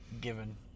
given